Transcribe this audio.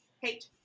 Hate